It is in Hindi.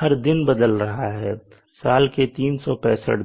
हर दिन बदल रहा है साल के 365 दिन